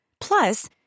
Plus